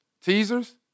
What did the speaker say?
teasers